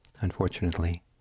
unfortunately